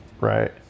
Right